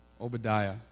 Obadiah